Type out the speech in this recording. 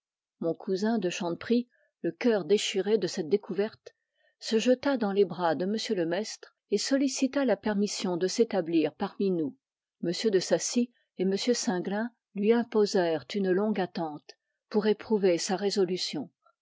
mon cousin de chanteprie le cœur déchiré de cette découverte se jeta dans les bras de m le maistre et sollicita la permission de s'établir parmi nous m de saci et m singlin lui imposèrent une longue attente pour éprouver sa résolution